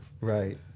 Right